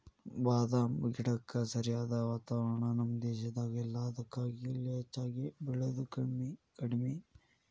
ಬಾದಾಮ ಗಿಡಕ್ಕ ಸರಿಯಾದ ವಾತಾವರಣ ನಮ್ಮ ದೇಶದಾಗ ಇಲ್ಲಾ ಅದಕ್ಕಾಗಿ ಇಲ್ಲಿ ಹೆಚ್ಚಾಗಿ ಬೇಳಿದು ಕಡ್ಮಿ